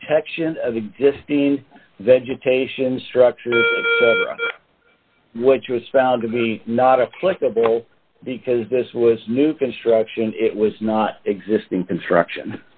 protection of existing vegetation structure which was found to be not a clickable because this was new construction it was not existing construction